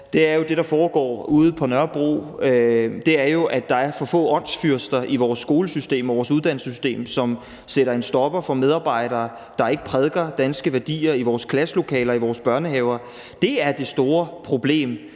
for, er jo det, der foregår ude på Nørrebro; det er jo, at der er for få åndsfyrster i vores skolesystem og vores uddannelsessystem, som sætter en stopper for medarbejdere, der ikke prædiker danske værdier i vores klasselokaler og i vores børnehaver. Det er det store problem